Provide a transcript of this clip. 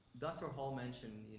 dr. hall mentioned,